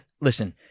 listen